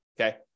okay